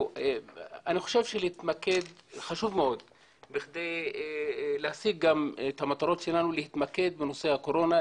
אני חושב שכדי להשיג את המטרות שלנו חשוב מאוד להתמקד בנושא הקורונה,